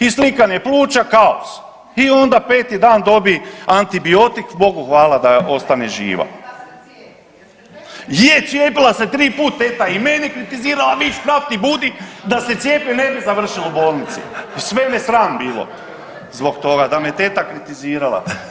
I slikanje pluća kaos i onda peti dan dobi antibiotik, Bogu hvala da ostane živa. … [[Upadica: Ne razumije se.]] Je cijepila se 3 put teta i mene kritizirala niš vrag ti budi da se cijepi ne bi završil u bolnici i sve me sram bilo zbog toga da me teta kritizirala.